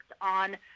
on